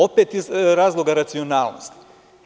Opet iz razloga racionalnosti.